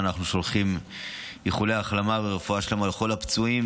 כמובן שאנחנו שולחים איחולי החלמה ורפואה שלמה לכל הפצועים,